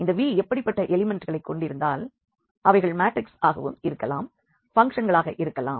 இந்த V எப்படிப்பட்ட எலிமண்ட்டுகளை கொண்டிருந்தால் அவைகள் மாற்றிக்ஸ் ஆகவும் இருக்கலாம் பங்க்ஷன்களாக இருக்கலாம்